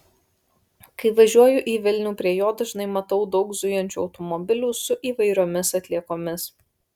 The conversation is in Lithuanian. kai važiuoju į vilnių prie jo dažnai matau daug zujančių automobilių su įvairiomis atliekomis